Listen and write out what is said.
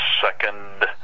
second